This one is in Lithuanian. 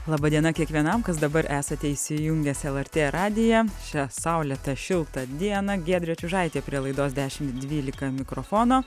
laba diena kiekvienam kas dabar esate įsijungęs lrt radiją šią saulėtą šiltą dieną giedrė čiužaitė prie laidos dešimt dvylika mikrofono